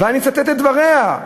ואני מצטט את דבריה,